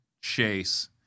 chase